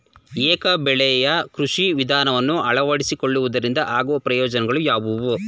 ಏಕ ಬೆಳೆಯ ಕೃಷಿ ವಿಧಾನವನ್ನು ಅಳವಡಿಸಿಕೊಳ್ಳುವುದರಿಂದ ಆಗುವ ಪ್ರಯೋಜನಗಳು ಯಾವುವು?